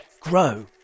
grow